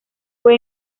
fue